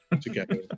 together